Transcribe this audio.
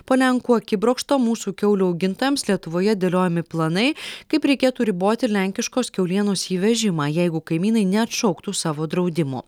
po lenkų akibrokšto mūsų kiaulių augintojams lietuvoje dėliojami planai kaip reikėtų riboti lenkiškos kiaulienos įvežimą jeigu kaimynai neatšauktų savo draudimų